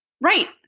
Right